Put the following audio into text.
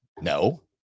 No